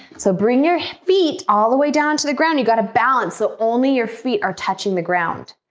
so bring your feet all the way down to the ground. you got a balance. so only your feet are touching the ground